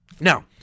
Now